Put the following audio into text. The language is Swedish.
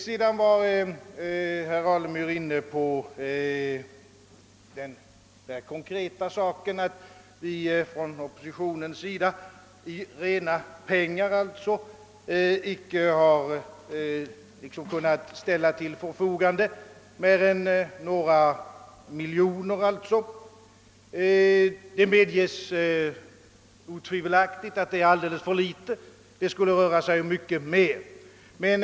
Herr Alemyr tog vidare upp det mera konkreta förhållandet, att vi från oppositionen i reda pengar icke kunnat ställa till förfogande mer än några miljoner utöver propositionens förslag. Jag medger, att detta otvivelaktigt är alldeles för litet och att det borde utgå mycket mer pengar.